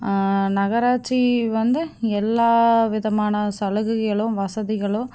நகராட்சி வந்து எல்லாவிதமான சலுகைகளும் வசதிகளும்